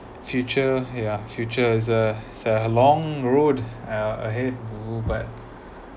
future ya futures is a is a so long road a ahead who but